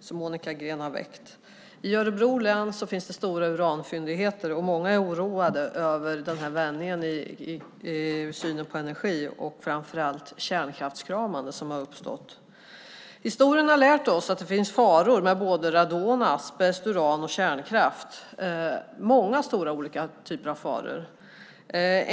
som Monica Green har väckt. I Örebro län finns det stora uranfyndigheter, och många är oroade över vändningen i synen på energi och framför allt det kärnkraftskramande som har uppstått. Historien har lärt oss att det finns faror med radon, asbest, uran och kärnkraft, många stora olika typer av faror.